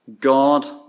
God